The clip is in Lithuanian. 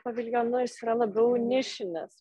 paviljonu jis yra labiau nišinis